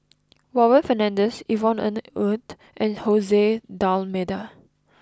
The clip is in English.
Warren Fernandez Yvonne Ng Uhde and Jose D'almeida